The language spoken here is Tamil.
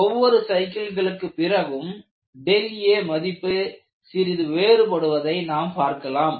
ஒவ்வொரு சைக்கிள்களுக்கு பிறகும் aமதிப்பு சிறிது வேறுபடுவதை நாம் பார்க்கலாம்